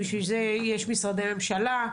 בשביל זה יש משרדי ממשלה.